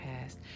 past